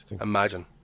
imagine